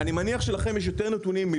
אני מניח שיש לכם יותר נתונים,